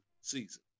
season